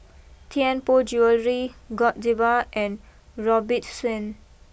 Tianpo Jewellery Godiva and Robitussin